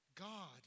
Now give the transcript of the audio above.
God